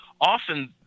often